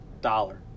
dollar